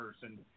person